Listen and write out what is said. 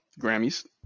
Grammys